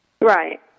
Right